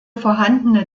vorhandene